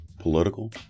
political